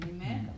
Amen